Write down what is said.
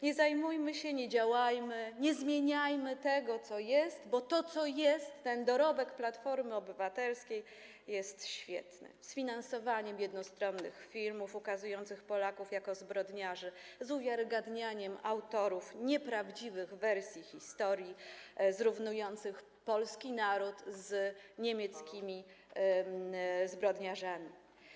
Nie zajmujmy się, nie działajmy, nie zmieniajmy tego, co jest, bo to, co jest, ten dorobek Platformy Obywatelskiej, jest świetny - z finansowaniem filmów jednostronnie ukazujących Polaków jako zbrodniarzy, z uwiarygodnianiem nieprawdziwych wersji historii i ich autorów, zrównujących polski naród z niemieckimi zbrodniarzami.